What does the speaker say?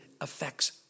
affects